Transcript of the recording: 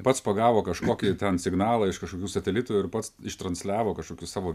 pats pagavo kažkokį ten signalą iš kažkokių satelitų ir pats ištransliavo kažkokius savo